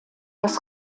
das